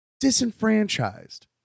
Disenfranchised